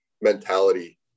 mentality